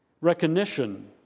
Recognition